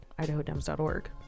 idahodems.org